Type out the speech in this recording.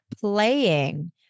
playing